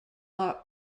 are